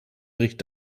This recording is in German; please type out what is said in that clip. bericht